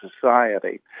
society